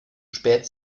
spät